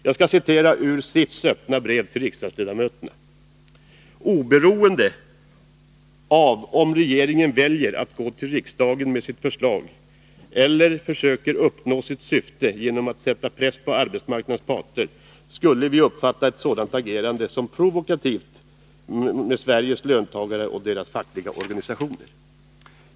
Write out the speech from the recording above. Jag skall citera ur SIF:s öppna brev till riksdagsledamöterna: ”Oberoende av om regeringen väljer att gå till riksdagen med sitt förslag eller försöker uppnå sitt syfte genom att sätta press på arbetsmarknadens parter, skulle vi uppfatta ett sådant agerande som provokativt mot Sveriges löntagare och deras fackliga organisationer.